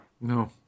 No